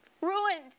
ruined